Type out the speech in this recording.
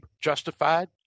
justified